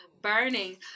burning